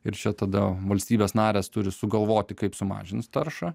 ir čia tada valstybės narės turi sugalvoti kaip sumažins taršą